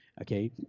Okay